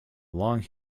long